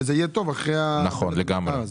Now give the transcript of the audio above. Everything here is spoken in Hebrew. זה יהיה טוב לעשות אחרי המחקר הזה.